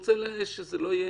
אני רוצה שזה לא יהיה